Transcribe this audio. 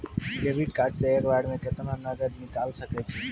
Debit card से एक बार मे केतना नगद निकाल सके छी?